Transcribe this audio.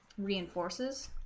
reinforces